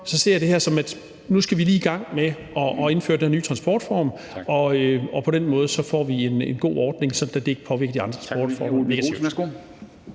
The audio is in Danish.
ser jeg det her, som at nu skal vi lige i gang med at indføre den her nye transportform, og på den måde får vi en god ordning, sådan at det ikke påvirker de andre transportformer